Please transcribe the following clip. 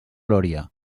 lòria